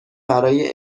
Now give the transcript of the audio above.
برای